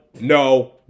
No